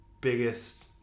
biggest